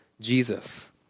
Jesus